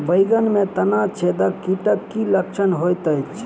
बैंगन मे तना छेदक कीटक की लक्षण होइत अछि?